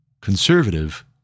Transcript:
conservative